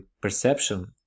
perception